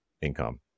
income